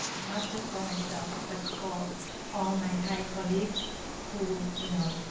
not just for myself but for all my thai colleagues who, you know,